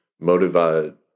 motivated